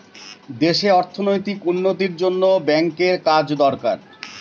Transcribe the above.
দেশে অর্থনৈতিক উন্নতির জন্য ব্যাঙ্কের কাজ দরকার